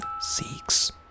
seeks